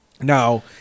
now